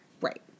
Right